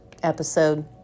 episode